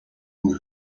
who